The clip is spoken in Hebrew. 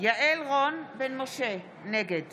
יעל רון בן משה, נגד